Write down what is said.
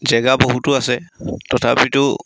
জেগা বহুতো আছে তথাপিতো